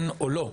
של כן או לא,